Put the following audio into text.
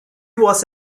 was